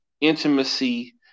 intimacy